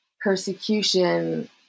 persecution